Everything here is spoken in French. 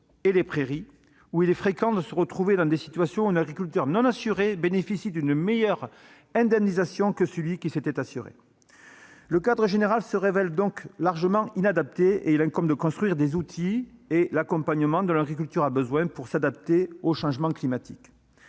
et les prairies où il est fréquent qu'un agriculteur non assuré bénéficie d'une meilleure indemnisation que celui qui s'était assuré ! Le cadre général se révèle donc inadapté : il importe de construire les outils et l'accompagnement dont l'agriculture a besoin pour s'adapter au changement climatique.